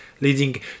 leading